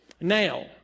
now